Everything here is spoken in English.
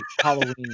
Halloween